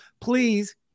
please